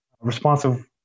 responsive